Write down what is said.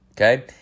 Okay